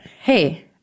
Hey